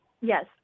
yes